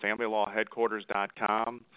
familylawheadquarters.com